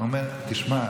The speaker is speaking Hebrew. הוא אומר: תשמע,